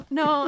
no